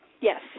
Yes